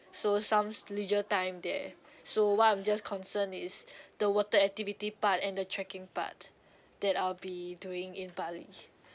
so some s~ leisure time there so what I'm just concerned is the water activity part and the trekking part that I'll be doing in bali